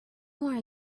more